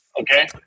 Okay